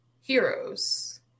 heroes